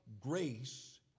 grace